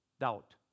doubt